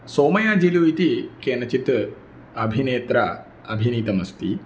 सोमयाजिलु इति केनचित् अभिनेत्रा अभिनीतमस्ति